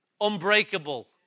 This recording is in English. Unbreakable